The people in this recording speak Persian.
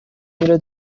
میره